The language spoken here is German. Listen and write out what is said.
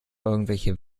irgendwelche